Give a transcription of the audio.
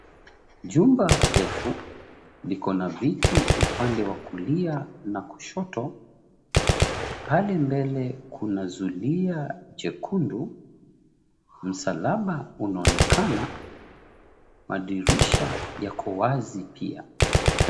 Jumba refu liko na viti upande wa kulia na kushoto. Pale mbele kuna zulia jekundu, msalaba unaonekana, madirisha yako wazi pia.